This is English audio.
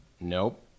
Nope